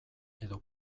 edo